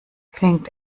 klingt